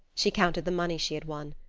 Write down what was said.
she counted the money she had won.